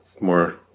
more